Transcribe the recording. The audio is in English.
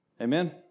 Amen